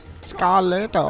Scarlet